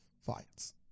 fights